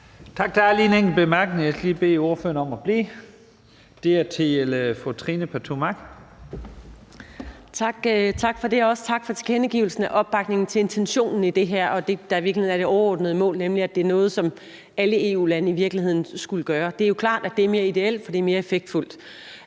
Tak for det, og også tak for tilkendegivelsen af opbakning til intentionen i det her og det, der i virkeligheden er det overordnede mål, nemlig at det er noget, som alle EU-lande skulle gøre. Det er klart, at det er mere ideelt, for det er mere effektfuldt.